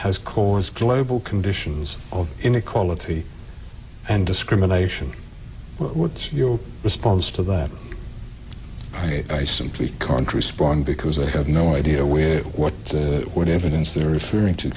has caused global conditions of inequality and discrimination what's your response to that i simply contra spawn because i have no idea where what what evidence they're referring to